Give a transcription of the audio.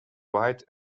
wide